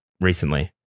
recently